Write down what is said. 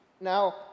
Now